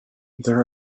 there